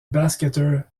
basketteur